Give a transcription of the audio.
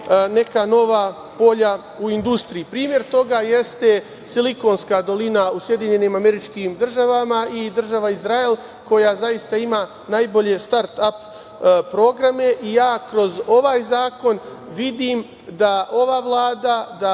neka nova polja u industriji. Primer toga jeste silikonska dolina u SAD i država Izrael koja zaista ima najbolje start-ap programe. Ja kroz ovaj zakon vidim da ova Vlada, da